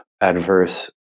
adverse